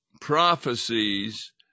prophecies